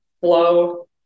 Flow